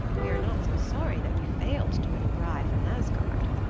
we are not so sorry that we failed to win a bride from asgard.